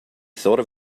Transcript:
thought